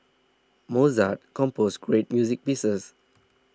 Mozart composed great music pieces